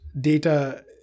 Data